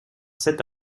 cet